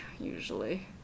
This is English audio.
usually